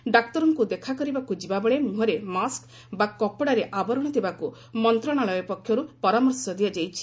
ଡାକ୍ତରଙ୍କୁ ଦେଖାକରିବାକୁ ଯିବାବେଳେ ମୁହଁରେ ମାସ୍କ ବା କପଡ଼ାର ଆବରଣ ଦେବାକୁ ମନ୍ତ୍ରଣାଳୟ ପରାମର୍ଶ ଦେଇଛି